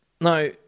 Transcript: Now